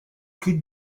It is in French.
que